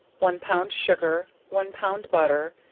one pound sugar, one pound butter,